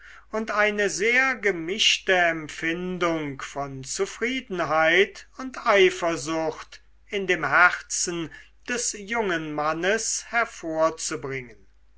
und eine sehr gemischte empfindung von zufriedenheit und eifersucht in dem herzen des jungen mannes hervorzubringen